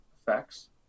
effects